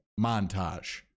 montage